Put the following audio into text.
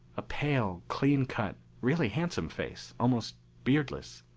a pale, clean-cut, really handsome face, almost beardless.